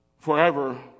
forever